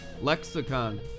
lexicon